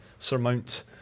Surmount